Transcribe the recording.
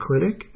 clinic